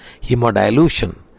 Hemodilution